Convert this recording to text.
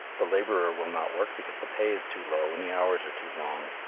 the laborer will not work because the pay is too low and the hours are too long.